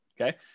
okay